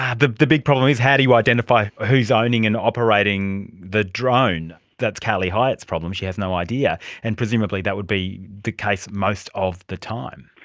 the the big problem is how do you identify who is owning and operating the drone. that's karli hyatt's problem, she has no idea. and presumably that would be the case most of the time.